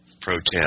protest